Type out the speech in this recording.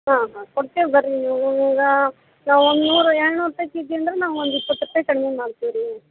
ಹಾಂ ಹಾಂ ಕೊಡ್ತೀವಿ ಬನ್ರಿ ನೀವು ನಿಮ್ಗೆ ನಾವೊಂದು ನೂರು ಎರಡು ನೂರು ರೂಪಾಯಿ ಕೆಜಿ ಅಂದ್ರೆ ನಾವೊಂದು ಇಪ್ಪತ್ತು ರೂಪಾಯಿ ಕಡ್ಮೆ ಮಾಡ್ತೀವಿ ರೀ